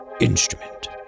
instrument